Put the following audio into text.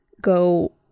go